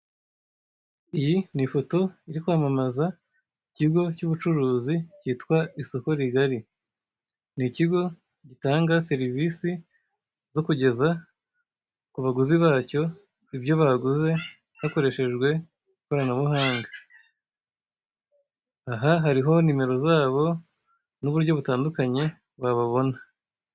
Iyi ni ifoto iri kwamamaza ikigo cy'ubucuruzi cyitwa ''isoko rigari''. Ni ikigo gitanga serivisi zo kugeza ku baguzi bacyo ibyo baguze hakoreshejwe ikoranabuhanga; aha hariho nimero zabo n'uburyo butandukanye wababona.